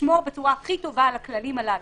לשמור בצורה הכי טובה על הכללים הללו,